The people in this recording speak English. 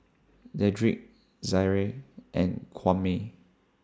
Dedric Zaire and Kwame